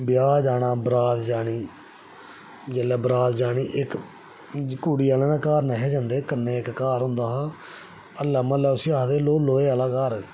ब्याह् जाना बारात जानी जेल्लै बारात जानी इक्क कुड़ी आह्लें दे घर नेईं हा जंदे कन्नै इक्क घर होंदा हा हल्ला म्हल्ला उस्सी आक्खदा हा लोहे आह्ला घर